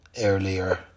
earlier